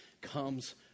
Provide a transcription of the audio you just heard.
comes